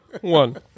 one